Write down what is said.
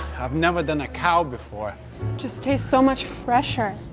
i've never done a cow before. it just tastes so much fresher.